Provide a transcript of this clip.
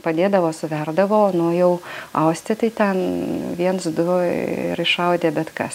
padėdavo suverdavo nu jau austi tai ten viens du ir iššaudė bet kas